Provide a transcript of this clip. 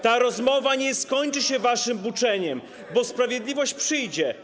Ta rozmowa nie skończy się waszym buczeniem, bo sprawiedliwość przyjdzie.